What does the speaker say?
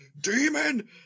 Demon